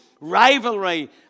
rivalry